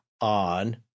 on